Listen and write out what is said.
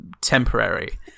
temporary